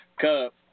Cup